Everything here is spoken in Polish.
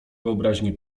wyobraźni